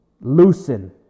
Loosen